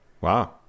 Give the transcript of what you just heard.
wow